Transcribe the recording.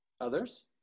Others